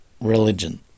religion